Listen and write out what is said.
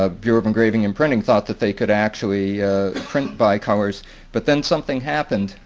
ah bureau of engraving and printing thought that they could actually print bicolors but then something happened,